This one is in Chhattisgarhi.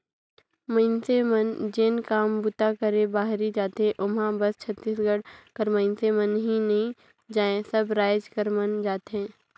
मइनसे मन जेन काम बूता करे बाहिरे जाथें ओम्हां बस छत्तीसगढ़ कर मइनसे मन ही नी जाएं सब राएज कर मन जाथें